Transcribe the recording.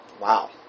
Wow